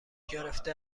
گرفته